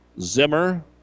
Zimmer